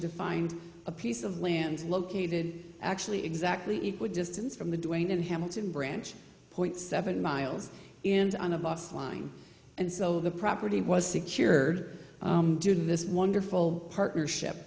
to find a piece of land located actually exactly equal distance from the doing in hamilton branch point seven miles on a bus line and so the property was secured due to this wonderful partnership